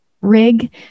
rig